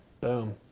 Boom